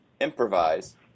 improvise